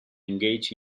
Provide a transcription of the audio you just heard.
engaged